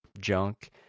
junk